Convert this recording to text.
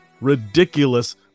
ridiculous